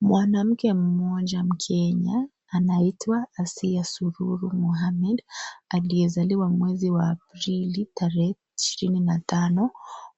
Mwanamke mmoja mkenya anaitwa Asita Sururu Mohamed aliyezaliwa mwezi wa Aprili tarehe 25,